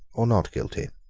or not guilty?